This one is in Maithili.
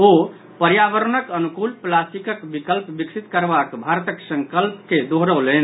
ओ पर्यावरणक अनुकूल प्लास्टिकक विकल्प विकसित करबाक भारतक संकल्प के दोहरौलनि